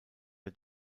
der